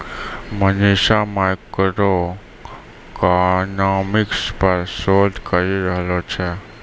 Manisha macroeconomics पर शोध करी रहलो छै